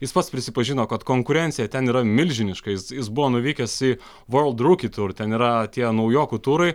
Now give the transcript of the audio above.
jis pats prisipažino kad konkurencija ten yra milžiniška jis jis buvo nuvykęs į vorld rūki tur ten yra tie naujokų turai